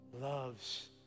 loves